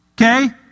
Okay